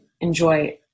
enjoy